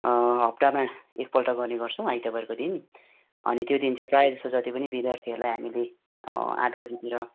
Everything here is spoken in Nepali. हप्तामा एक पल्ट गर्ने गर्छौँ आइतवारको दिन अनि त्यो दिन चाहिँ प्रायःजसो जति पनि विद्यार्थीहरूलाई हामीले आठ बजेतिर